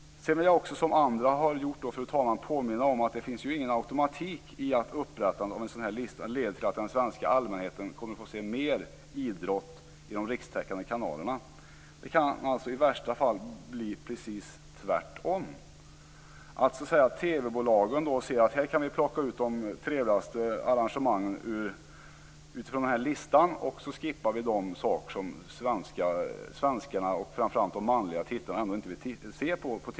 Liksom flera andra har gjort vill jag påminna om att det inte finns någon automatik i att upprätta en lista. Det behöver inte leda till att den svenska allmänheten kommer att få se mer idrott i de rikstäckande kanalerna. I värsta fall kan det bli precis tvärtom. TV-bolagen kan plocka ut de trevligaste arrangemangen från listan och sedan skippa de evenemang som framför allt de manliga tittarna inte vill se.